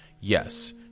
Yes